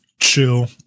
chill